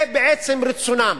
זה בעצם רצונם.